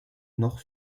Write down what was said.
nord